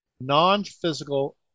non-physical